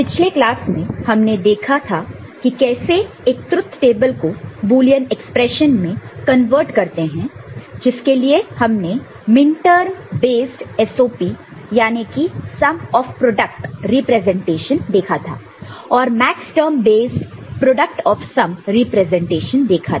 पिछले क्लास में हमने देखा था कि कैसे एक ट्रुथ टेबल को बुलियन एक्सप्रेशन में कन्वर्ट करते हैं जिसके लिए हमने मिनटर्म बेस्ड SOP यानी कि सम ऑफ प्रोडक्ट रिप्रेजेंटेशन देखा था और maxterm based product of sum representation देखा था